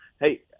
Hey